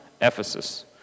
Ephesus